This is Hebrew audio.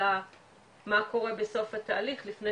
אלא מה קורה בסוף התהליך לפני